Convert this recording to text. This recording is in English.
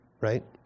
right